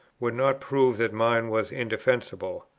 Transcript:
would not prove that mine was indefensible.